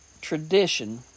tradition